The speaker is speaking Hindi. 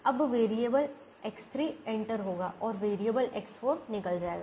अब वेरिएबल X3 इंटर होगा और वेरिएबल X4 निकल जाएगा